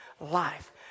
life